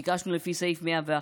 וביקשנו לפי סעיף 111(ה)